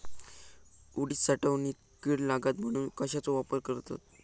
उडीद साठवणीत कीड लागात म्हणून कश्याचो वापर करतत?